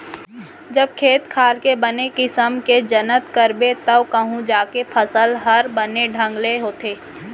जब खेत खार के बने किसम ले जनत करबे तव कहूं जाके फसल हर बने ढंग ले होथे